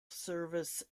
service